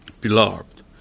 beloved